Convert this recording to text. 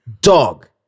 Dog